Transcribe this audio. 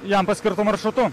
jam paskirtu maršrutu